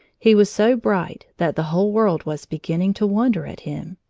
he was so bright that the whole world was beginning to wonder at him.